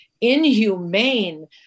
inhumane